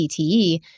CTE